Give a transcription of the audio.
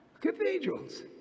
Cathedrals